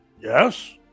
yes